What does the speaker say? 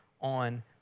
on